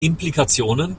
implikationen